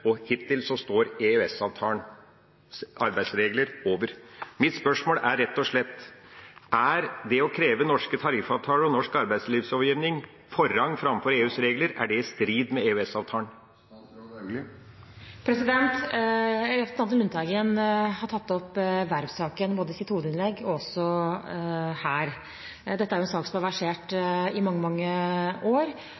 og hittil står EØS-avtalens arbeidsregler over. Mitt spørsmål er rett og slett: Er det å kreve at norske tariffavtaler og norsk arbeidslivslovgivning har forrang framfor EUs regler, i strid med EØS-avtalen? Representanten Lundteigen har tatt opp verftssaken både i sitt hovedinnlegg og også her. Dette er en sak som har versert